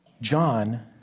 John